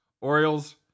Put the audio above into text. Orioles